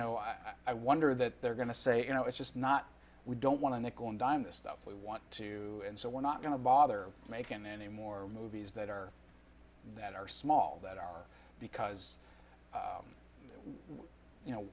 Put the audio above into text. know i wonder that they're going to say you know it's just not we don't want to nickel and dime the stuff we want to and so we're not going to bother making any more movies that are that are small that are because you know